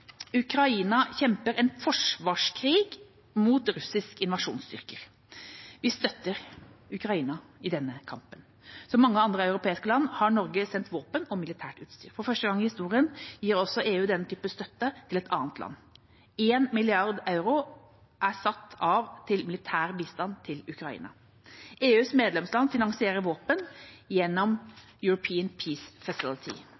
Ukraina kjemper en forsvarskrig mot russiske invasjonsstyrker. Vi støtter Ukraina i denne kampen. Som mange andre europeiske land har Norge sendt våpen og militært utstyr. For første gang i historien gir også EU denne typen støtte til et annet land. 1 milliard euro er satt av til militær bistand til Ukraina. EUs medlemsland finansierer våpnene gjennom